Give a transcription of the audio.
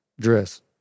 dress